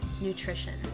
Nutrition